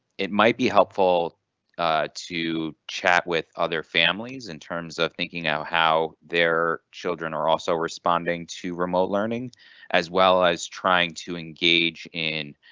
it might be helpful to chat with other families in terms of thinking about how their children are also responding to remote learning as well as trying to engage in